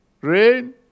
rain